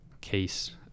case